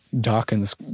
Dawkins